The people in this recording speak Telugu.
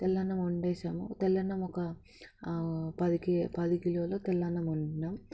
తెల్ల అన్నం వండేసాము తెల్ల అన్నం ఒక పదికి పది కిలోలు తెల్ల అన్నం వండాము